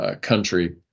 country